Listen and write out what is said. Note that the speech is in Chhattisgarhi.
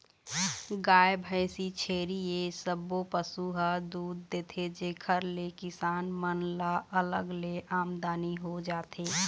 गाय, भइसी, छेरी ए सब्बो पशु ह दूद देथे जेखर ले किसान मन ल अलग ले आमदनी हो जाथे